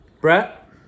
Brett